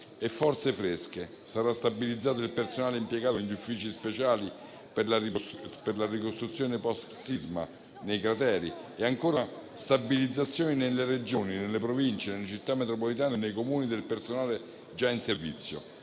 e forze fresche. Sarà stabilizzato il personale impiegato negli uffici speciali per la ricostruzione *post*-sisma nei crateri e ancora sono previste stabilizzazioni nelle Regioni, nelle Province, nelle Città metropolitane e nei Comuni del personale già in servizio.